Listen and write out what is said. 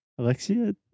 Alexia